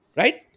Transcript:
right